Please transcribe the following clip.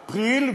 אפריל,